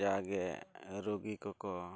ᱡᱟᱜᱮ ᱨᱩᱜᱤ ᱠᱚᱠᱚ